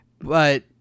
But-